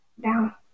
down